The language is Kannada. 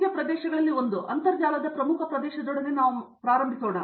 ಮುಖ್ಯ ಪ್ರದೇಶಗಳಲ್ಲಿ ಒಂದು ಅಂತರ್ಜಾಲದ ಪ್ರಮುಖ ಪ್ರದೇಶದೊಡನೆ ನಾವು ಪ್ರಾರಂಭಿಸೋಣ